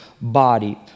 body